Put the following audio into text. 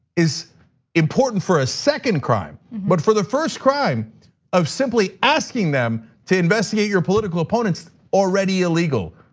is important for a second crime. but for the first crime of simply asking them to investigate your political opponents, already illegal.